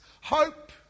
hope